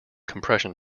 compression